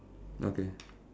okay